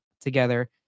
together